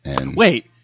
Wait